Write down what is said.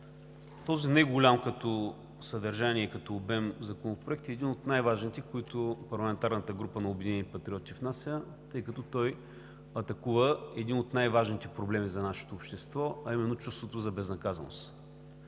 Този неголям като съдържание и като обем Законопроект е един от най-важните, които парламентарната група на „Обединени патриоти“ внася, тъй като той атакува един от най-важните проблеми за нашето общество, а именно чувството за безнаказаност,